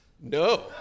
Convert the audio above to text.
No